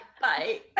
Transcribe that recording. Bye